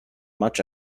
much